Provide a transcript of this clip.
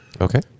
okay